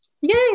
Yay